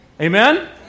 Amen